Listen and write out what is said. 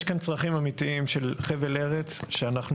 יש כאן צרכים אמיתיים של חבל ארץ שאנחנו